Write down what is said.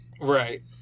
Right